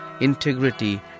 integrity